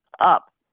up